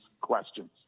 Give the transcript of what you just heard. questions